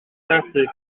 pincé